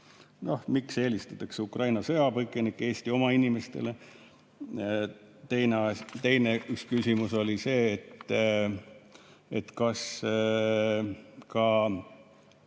Miks eelistatakse Ukraina sõjapõgenikke Eesti oma inimestele? Üks küsimus oli see, et kas ka